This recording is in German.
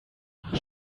nach